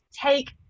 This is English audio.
take